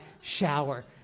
shower